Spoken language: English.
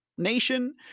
nation